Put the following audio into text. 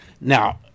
Now